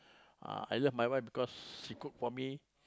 ah I love my wife cause she cook for me